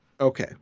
okay